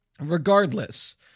Regardless